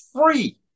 free